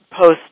post